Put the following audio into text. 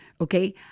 okay